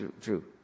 true